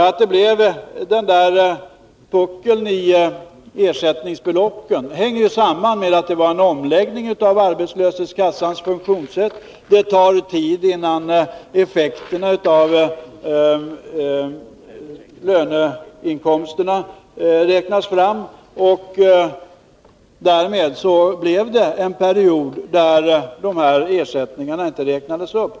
Att det blev denna puckel i ersättningsbeloppen hänger samman med att det skedde en omläggning av arbetslöshetskassans funktionssätt. Det tar tid innan effekterna av löneinkomsterna räknas fram, och därmed blev det en period när dessa ersättningar inte räknades upp.